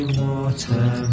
water